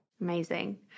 Amazing